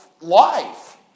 life